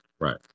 right